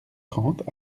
trente